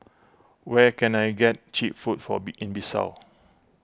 where can I get Cheap Food for be in Bissau